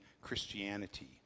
Christianity